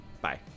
Bye